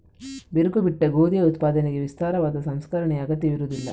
ಬಿರುಕು ಬಿಟ್ಟ ಗೋಧಿಯ ಉತ್ಪಾದನೆಗೆ ವಿಸ್ತಾರವಾದ ಸಂಸ್ಕರಣೆಯ ಅಗತ್ಯವಿರುವುದಿಲ್ಲ